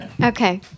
Okay